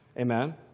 Amen